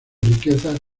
riquezas